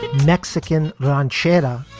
mexican ranchera